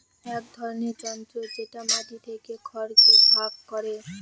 এক ধরনের যন্ত্র যেটা মাটি থেকে খড়কে ভাগ করে